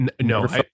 No